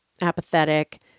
apathetic